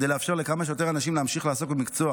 כדי לאפשר לכמה שיותר אנשים להמשיך לעסוק במקצוע